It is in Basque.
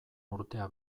urtea